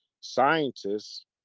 scientists